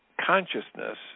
consciousness